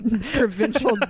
provincial